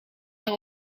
haar